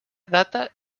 data